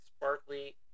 Sparkly